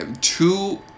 Two